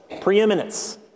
preeminence